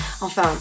enfin